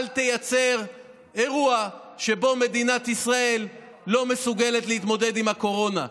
אל תייצר אירוע שבו מדינת ישראל לא מסוגלת להתמודד עם הקורונה,